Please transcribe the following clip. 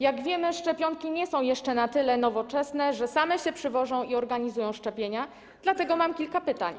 Jak wiemy, szczepionki nie są jeszcze na tyle nowoczesne, że same się przywożą i organizują szczepienia, dlatego mam kilka pytań.